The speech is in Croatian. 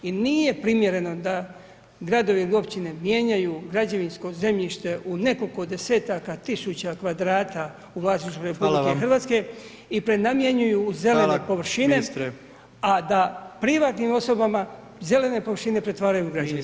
I nije primjereno da gradovi i općine mijenjaju građevinsko zemljište u nekoliko desetaka tisuća kvadrata u vlasništvu RH [[Upadica: hvala ministre.]] i prenamjenjuju u zelene površine, a da privatnim osobama, zelene površine pretvaraju u građevinske.